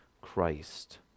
Christ